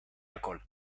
alcohol